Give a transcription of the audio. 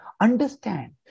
understand